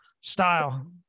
style